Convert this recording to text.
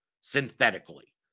synthetically